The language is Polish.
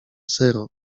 zero